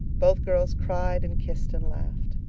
both girls cried and kissed and laughed.